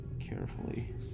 carefully